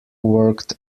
worked